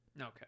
Okay